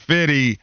Fitty